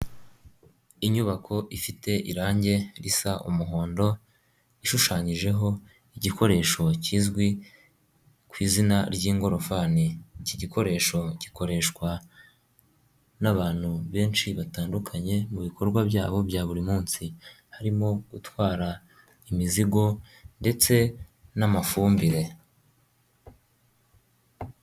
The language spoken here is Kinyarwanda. Inyubako ifite irangi risa umuhondo, ishushanyijeho igikoresho kizwi ku izina ry'ingorofani, iki gikoresho gikoreshwa n'abantu benshi batandukanye mu bikorwa byabo bya buri munsi, harimo gutwara imizigo ndetse n'amafumbire.